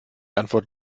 antwort